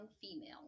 female